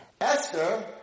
Esther